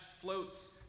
floats